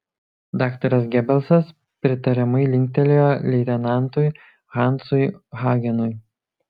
daktaras gebelsas pritariamai linktelėjo leitenantui hansui hagenui